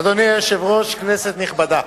אדוני היושב-ראש, כנסת נכבדה,